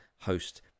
host